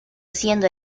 siendo